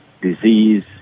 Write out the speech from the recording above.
disease